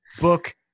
book